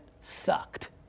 sucked